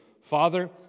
Father